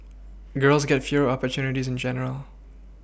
girls get fewer opportunities in general